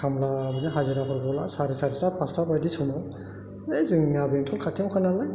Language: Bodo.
खामला मानि हाजिरा मावबोला साराय फासथा बायदि समाव बे जोंनिया बेंथल खाथियावनोखानालाय